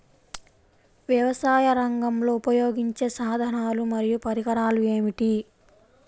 వ్యవసాయరంగంలో ఉపయోగించే సాధనాలు మరియు పరికరాలు ఏమిటీ?